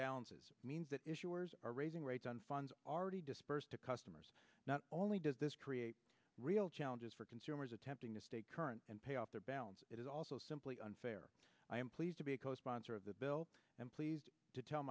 balances means that issuers are raising rates on funds already dispersed to customers not only does this create real challenges for consumers attempting to stay current and pay off their balance it is also simply unfair i am pleased to be a co sponsor of the bill and please to tell